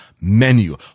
Menu